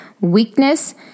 weakness